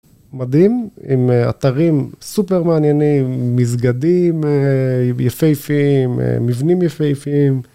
מדהים, עם אתרים סופר מעניינים, מסגדים יפהפיים, מבנים יפהפיים